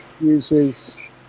uses